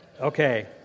Okay